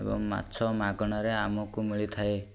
ଏବଂ ମାଛ ମାଗଣାରେ ଆମକୁ ମିଳିଥାଏ